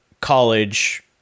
college